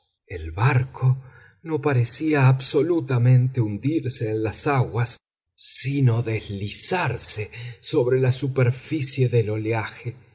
el barco no parecía absolutamente hundirse en las aguas sino deslizarse sobre la superficie del oleaje